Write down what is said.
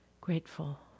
grateful